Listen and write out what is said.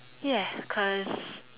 ya cause